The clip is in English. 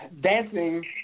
dancing